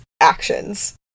actions